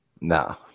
No